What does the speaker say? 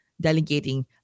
delegating